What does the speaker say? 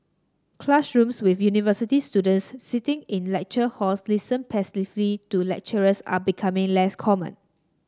classrooms with university students sitting in lecture halls listen to lecturers are becoming less common